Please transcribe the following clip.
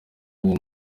uwo